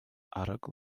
arogl